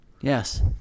Yes